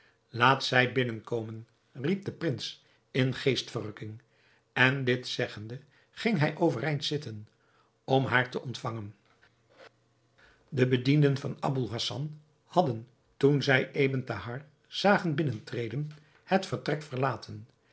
laat zij binnen komen riep de prins in geestverrukking en dit zeggende ging hij overeind zitten om haar te ontvangen de bedienden van aboul hassan hadden toen zij ebn thahar zagen binnentreden het vertrek verlaten